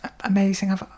amazing